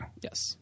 Yes